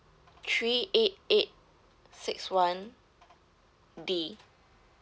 three eight eight six one D